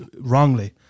wrongly